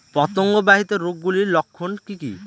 পতঙ্গ বাহিত রোগ গুলির লক্ষণ কি কি?